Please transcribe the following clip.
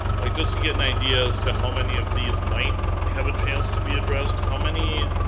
like just to get an idea as to how many of these might have a chance to be addressed, how many,